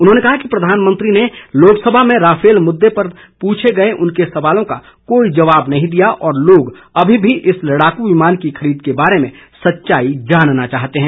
उन्होंने कहा कि प्रधानमंत्री ने लोकसभा में राफेल मुद्दे पर पूछे गए उनके सवालों का कोई जवाब नहीं दिया और लोग अभी भी इस लड़ाकू विमान की खरीद के बारे सच्चाई जानना चाहते हैं